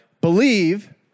Believe